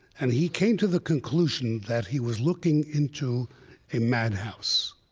and he came to the conclusion that he was looking into a madhouse,